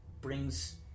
brings